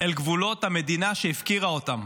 אל גבולות המדינה שהפקירה אותם.